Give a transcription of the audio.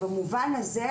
במובן הזה,